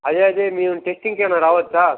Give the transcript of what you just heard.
అదే అదే మేము టెస్టింగ్కి ఏమైనా రావచ్చా